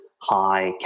high